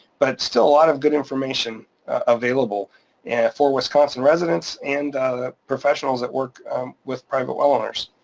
but it's still a lot of good information available for wisconsin residents and the professionals that work with private well owners.